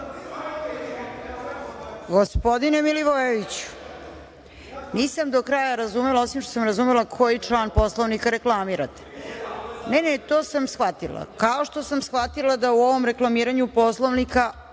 Gospodine Milivojeviću, nisam do kraja razumela, osim što sam razumela koji član Poslovnika reklamirate. To sam shvatila, kao što sam shvatila da u ovom reklamiranju Poslovnika